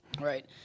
Right